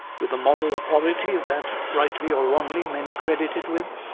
with the moral authority that, rightly or wrongly, many credit it with,